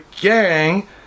gang